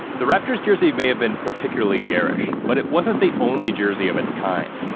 the raptors jersey may have been particularly garish, but it wasn't the only jersey of its kind.